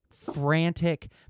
frantic